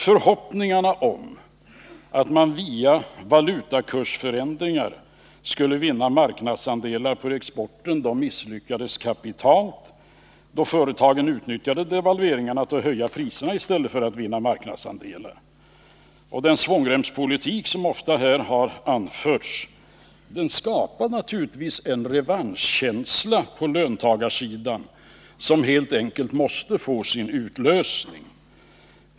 Förhoppningarna om att man via valutakursförändringar skulle vinna marknadsandelar för exporten misslyckades kapitalt, då företagen utnyttjade devalveringarna till att höja priserna i stället för att vinna marknadsandelar. Och den svångremspolitik som ofta har påtalats skapar naturligtvis en revanschkänsla på löntagarsidan som helt enkelt måste få utlösning.